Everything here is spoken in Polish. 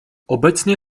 obecnie